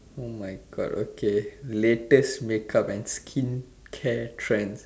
oh my god okay latest make up and skincare trends